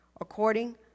according